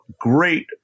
great